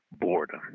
Boredom